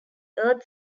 earth